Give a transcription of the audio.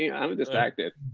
i mean distracted